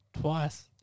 Twice